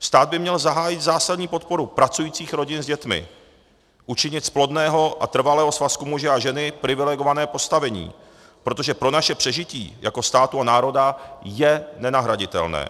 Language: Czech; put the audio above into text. Stát by měl zahájit zásadní podporu pracujících rodin s dětmi, učinit z plodného a trvalého svazku muže a ženy privilegované postavení, protože pro naše přežití jako státu a národa je nenahraditelné.